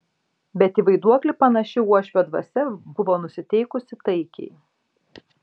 bet į vaiduoklį panaši uošvio dvasia buvo nusiteikusi taikiai